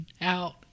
out